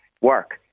work